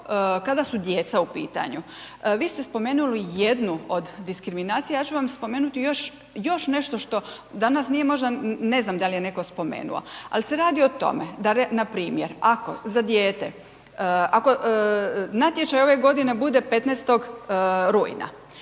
kada su djeca u pitanju. Vi ste spomenuli jednu od diskriminacija, ja ću vam spomenuti još nešto što, danas nije možda, ne znam da li je netko spomenuo. Ali se radi o tome da npr. ako za dijete ako natječaj ove godine bude 15.-og rujna